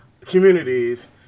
communities